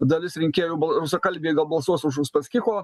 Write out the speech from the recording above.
dalis rinkėjų rusakalbiai gal balsuos už uspaskicho